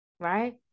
right